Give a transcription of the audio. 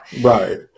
Right